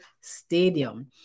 stadium